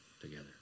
together